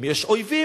אם יש אויבים,